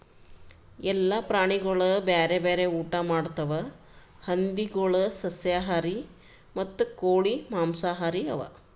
ಎಲ್ಲ ಪ್ರಾಣಿಗೊಳ್ ಬ್ಯಾರೆ ಬ್ಯಾರೆ ಊಟಾ ಮಾಡ್ತಾವ್ ಹಂದಿಗೊಳ್ ಸಸ್ಯಾಹಾರಿ ಮತ್ತ ಕೋಳಿ ಮಾಂಸಹಾರಿ ಅವಾ